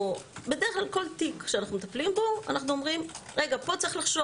בדרך כלל כל תיק שאנחנו מטפלים בו אנחנו אומרים שצריך לחשוב.